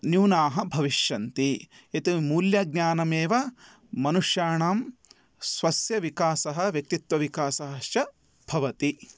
न्यूनाः भविष्यन्ति इति मूल्यज्ञानमेव मनुष्याणां स्वस्य विकासः व्यक्तित्वविकासः च भवति